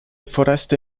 foreste